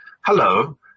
Hello